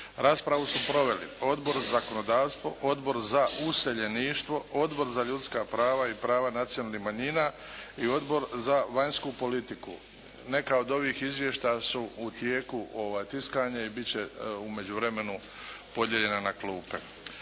Raspravu su proveli Odbor za zakonodavstvo, Odbor za useljeništvo, Odbor za ljudska prava i prava nacionalnih manjina i Odbor za vanjsku politiku. Neka od ovih izvještaja su u tijeku tiskanja i biti će u međuvremenu podijeljena na klupe.